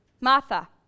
Martha